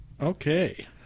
okay